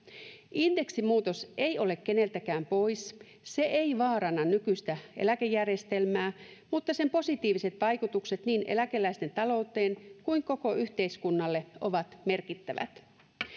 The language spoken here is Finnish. indeksimuutos ei ole keneltäkään pois se ei vaaranna nykyistä eläkejärjestelmää mutta sen positiiviset vaikutukset niin eläkeläisten talouteen kuin koko yhteiskunnalle ovat merkittävät